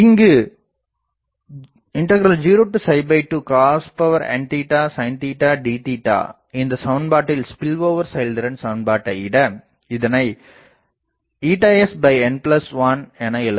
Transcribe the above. இங்கு 02 cosn sin d இந்தச் சமன்பாட்டில் ஸ்பில்ஓவர் செயல்திறன் சமன்பாட்டை இட இதனை sn1 என எழுதலாம்